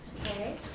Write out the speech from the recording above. Okay